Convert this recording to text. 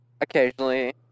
occasionally